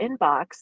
inbox